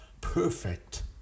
perfect